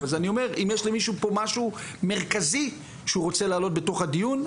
אז אני אומר אם יש למישהו פה משהו מרכזי שהוא רוצה להעלות בתוך הדיון,